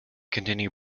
continue